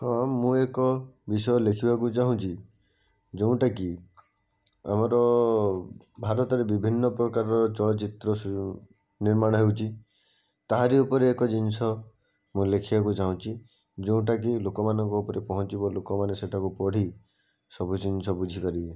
ହଁ ମୁଁ ଏକ ବିଷୟ ଲେଖିବାକୁ ଚାହୁଁଛି ଯେଉଁଟାକି ଆମର ଭାରତରେ ବିଭିନ୍ନ ପ୍ରକାରର ଚଳଚ୍ଚିତ୍ର ନିର୍ମାଣ ହେଉଛି ତାହାରି ଉପରେ ଏକ ଜିନିଷ ମୁଁ ଲେଖିବାକୁ ଚାହୁଁଛି ଯେଉଁଟାକି ଲୋକମାନଙ୍କ ଉପରେ ପହଞ୍ଚିବ ଲୋକମାନେ ସେଟାକୁ ପଢ଼ି ସବୁ ଜିନିଷ ବୁଝିପାରିବେ